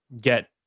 get